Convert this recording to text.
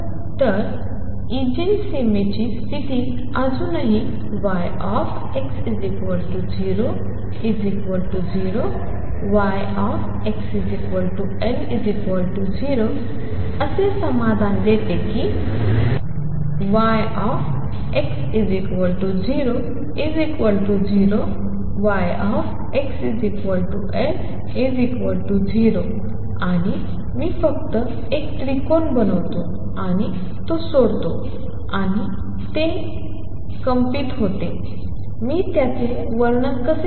तर इगेन सीमेची स्थिती अजूनही y x 0 0 y x L 0 असे समाधान देते की y x 0 0 y x L 0 आणि मी फक्त एक त्रिकोण बनवतो आणि तो सोडतो आणि ते कंपित होते मी त्याचे वर्णन कसे करू